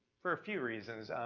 for a few reasons,